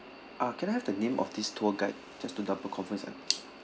ah can I have the name of this tour guide just to double confirm